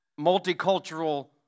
multicultural